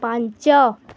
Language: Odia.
ପାଞ୍ଚ